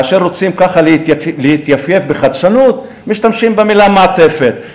כאשר רוצים ככה להתייפייף בחדשנות משתמשים במילה מעטפת.